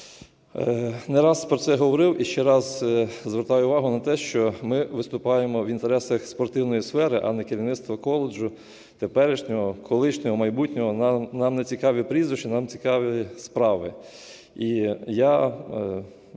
Не раз про це говорив, і ще раз звертаю увагу на те, що ми виступаємо в інтересах спортивної сфери, а не керівництва коледжу, теперішнього, колишнього, майбутнього. Нам не цікаві прізвища, нам цікаві справи.